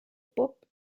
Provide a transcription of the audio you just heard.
pop